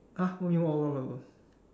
!huh! what you mean